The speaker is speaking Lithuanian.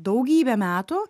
daugybę metų